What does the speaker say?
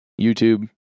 YouTube